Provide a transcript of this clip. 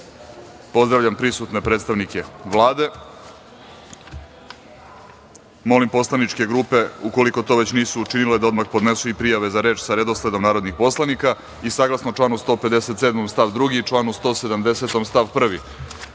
pitanja. Pozdravljam prisutne predstavnike Vlade. Molim poslaničke grupe, ukoliko to već nisu učinile, da odmah podnesu prijave za reč sa redosledom narodnih poslanika. Saglasno članu 157. stav 2, članu 170. stav 1,